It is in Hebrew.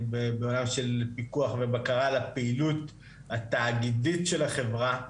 בעולם של פיקוח ובקרה על הפעילות התאגידית של החברה.